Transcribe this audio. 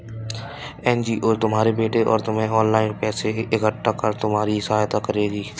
NGO तुम्हारे बेटे और तुम्हें ऑनलाइन पैसा इकट्ठा कर तुम्हारी सहायता करेगी